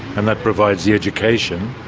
and that provides the education,